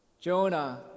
Jonah